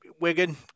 Wigan